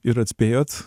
ir atspėjot